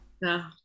No